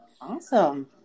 awesome